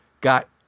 got